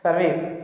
सर्वे